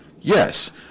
yes